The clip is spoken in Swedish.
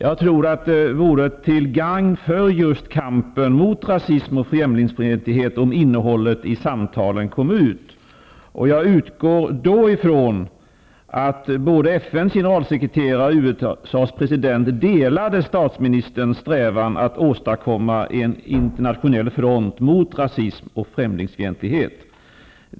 Jag tror att det vore till gagn för just kampen mot rasism och främlingsfientlighet om innehållet i samtalen lämnades ut. Jag utgår då ifrån att både FN:s generalsekreterare och USA:s president delar statsministerns strävan att åstadkomma en internationell front mot rasism och främlingsfientlighet.